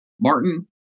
Martin